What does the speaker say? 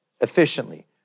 efficiently